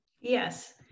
yes